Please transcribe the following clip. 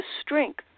strength